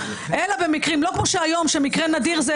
אלא במקרים לא כמו שהיום שמקרה נדיר,